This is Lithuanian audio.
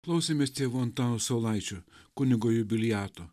klausėmės tėvo antano saulaičio kunigo jubiliato